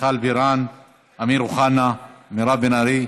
מיכל בירן, אמיר אוחנה, מירב בן ארי,